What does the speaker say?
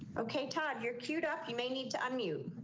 okay, todd. you're queued up, you may need to unmute